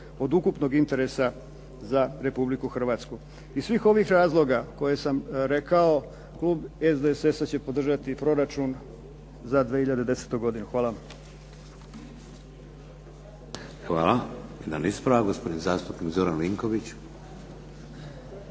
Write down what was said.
od ukupnog interesa za Republiku Hrvatsku. Iz svih ovih razloga koje sam rekao, klub SSDS-a će podržati proračun za 2010. godinu. Hvala vam. **Šeks, Vladimir (HDZ)** Hvala. Jedan ispravak, gospodin zastupnik Zoran Vinković.